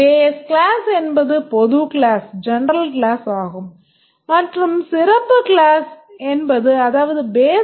Base class என்பது பொது class